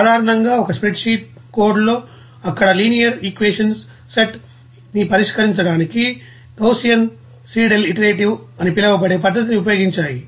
సాధారణంగా ఒక spreadsheet code లు అక్కడ లినియర్ ఈక్వేషన్స్ సెట్ ని పరిష్కరించడానికి గౌసియన్ సీడెల్ ఇటరేటివ్ అని పిలువబడే పద్ధతిని ఉపయోగించాయి